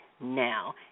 now